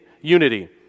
unity